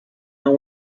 and